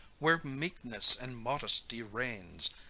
where meekness and modesty reigns!